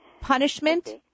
Punishment